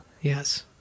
Yes